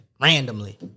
Randomly